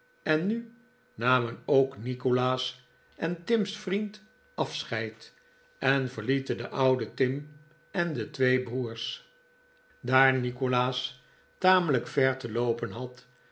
en nu namen ook nikolaas en tim's vriend afscheid en verlieten den ouden tim en de twee broers daar nikolaas tamelijk ver te loopen had